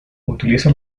utiliza